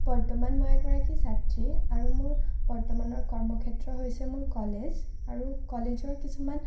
বৰ্তমান মই এগৰাকী ছাত্ৰী আৰু মোৰ বৰ্তমানৰ কৰ্মক্ষেত্ৰ হৈছে মোৰ কলেজ আৰু কলেজৰ কিছুমান